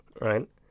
right